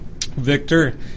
Victor